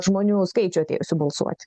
žmonių skaičių atėjusių balsuot